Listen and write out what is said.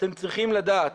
אתם צריכים לדעת